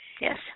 Yes